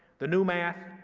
the new math,